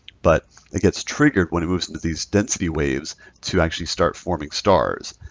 but it gets triggered when it moves into these density waves to actually start forming stars.